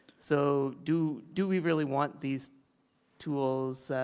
so do do we really want these tools,